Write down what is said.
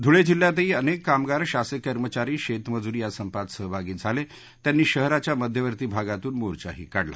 धुळे जिल्ह्यात ही अनेक कामगार शासकीय कर्मचारी शेतमंजूर या संपात सहभागी झाले त्यांनी शहराच्या मध्यवर्ती भागातून मोर्चाही काढला